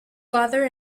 father